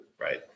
Right